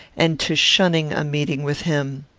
and to shunning a meeting with him.